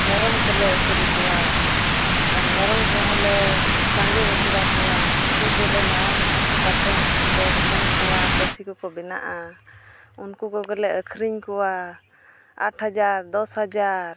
ᱢᱮᱨᱚᱢ ᱠᱚᱞᱮ ᱟᱹᱥᱩᱞ ᱠᱚᱣᱟ ᱟᱨ ᱢᱮᱨᱚᱢ ᱠᱚᱦᱚᱸ ᱞᱮ ᱥᱟᱸᱜᱮ ᱦᱚᱪᱚ ᱟᱠᱚᱣᱟ ᱩᱱᱠᱩ ᱜᱮᱞᱮ ᱢᱟᱨᱟᱝ ᱠᱟᱛᱮᱫ ᱠᱚ ᱦᱚᱯᱚᱱ ᱠᱚᱣᱟ ᱠᱟᱹᱥᱤ ᱠᱚᱠᱚ ᱵᱮᱱᱟᱜᱼᱟ ᱩᱱᱠᱩ ᱠᱚᱜᱮ ᱞᱮ ᱟᱹᱠᱷᱨᱤᱧ ᱠᱚᱣᱟ ᱟᱴ ᱦᱟᱡᱟᱨ ᱫᱚᱥ ᱦᱟᱡᱟᱨ